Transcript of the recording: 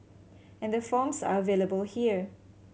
and the forms are available here